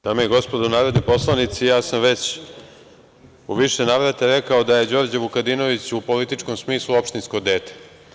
Dame i gospodo narodni poslanici, ja sam već u više navrata rekao da je Đorđe Vukadinović u političkom smislu opštinsko dete.